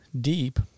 deep